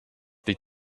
die